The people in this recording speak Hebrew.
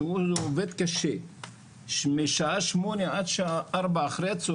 שעובד קשה משעה שמונה בבוקר עד שעה ארבע אחה"צ,